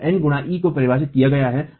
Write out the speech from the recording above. तो N गुणा e को परिभाषित किया गया है